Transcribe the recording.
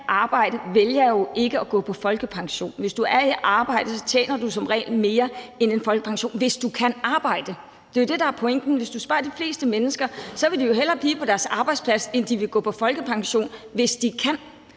arbejde, jo ikke at gå på folkepension. Hvis du er i arbejde, tjener du som regel mere end en folkepension, hvis du kan arbejde. Det er jo det, der er pointen. Hvis du spørger de fleste mennesker, vil de jo hellere blive på deres arbejdsplads, end de vil gå på folkepension, hvis de kan.